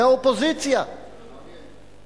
מהאופוזיציה, אריה,